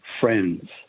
friends